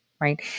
right